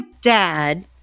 dad